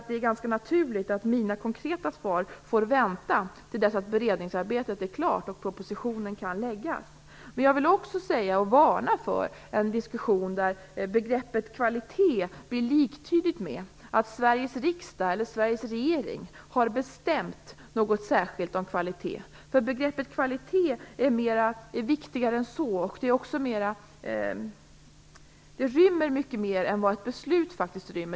Det är ganska naturligt att mina konkreta svar får vänta tills dess att beredningsarbetet är klart och propositionen kan läggas fram. Jag vill också varna för att vi får en diskussion där begreppet kvalitet blir liktydigt med vad Sveriges riksdag eller Sveriges regering särskilt bestämmer. Begreppet kvalitet är viktigare än så. Det rymmer mycket mer än vad ett beslut gör.